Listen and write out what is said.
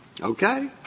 Okay